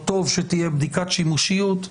טוב שתהיה בדיקת שימושיות,